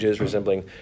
resembling